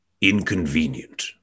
inconvenient